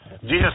Jesus